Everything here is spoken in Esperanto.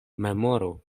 memoru